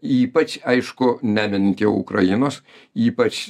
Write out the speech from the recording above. ypač aišku neminint jau ukrainos ypač